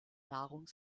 nahrung